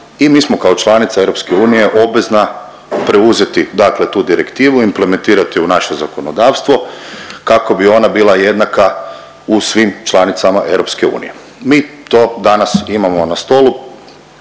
i mi smo kao članica EU obvezna preuzeti dakle tu direktivu, implementirati u naše zakonodavstvo kako bi ona bila jednaka u svim članicama EU. Mi to danas imamo na stolu